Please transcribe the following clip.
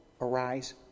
arise